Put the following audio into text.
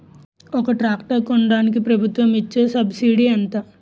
ఒక ట్రాక్టర్ కొనడానికి ప్రభుత్వం ఇచే సబ్సిడీ ఎంత?